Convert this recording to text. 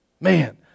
Man